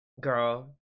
Girl